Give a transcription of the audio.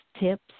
tips